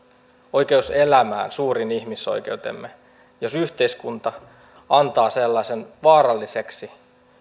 oikeus elämään suurin ihmisoikeutemme jos yhteiskunta antaa sellaisen vaaralliseksi